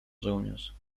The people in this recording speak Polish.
żołnierz